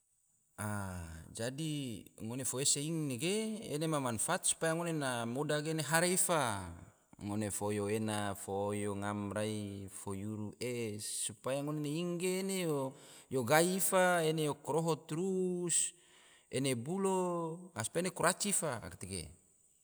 Jadi ngone fo ese ing nege, ene ma manfaat supaya ngone na moda ge ene hare ifa, ngone fo oyo ena, fo oyo ngam rai, fo yuru es, supaya ngone ing ge yo gai ifa, yo koroho trus, ene yo bulo, supaya yo kuraci ifa. tege